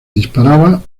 disparaba